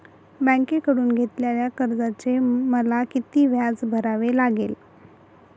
बँकेकडून घेतलेल्या कर्जाचे मला किती व्याज भरावे लागेल?